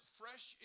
fresh